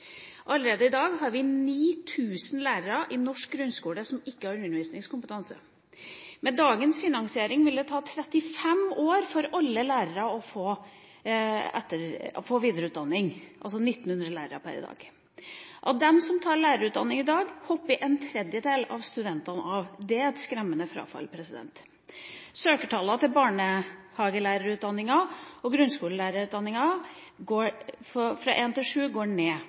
Allerede i dag har vi 9 000 lærere i norsk grunnskole som ikke har undervisningskompetanse. Med dagens finansiering vil det ta 35 år for alle lærere å få videreutdanning – altså 1 900 lærere per i dag. Av dem som tar lærerutdanning i dag, hopper en tredjedel av studentene av. Det er et skremmende frafall. Søkertallene til barnehagelærerutdanninga og grunnskolelærerutdanninga fra 1–7 går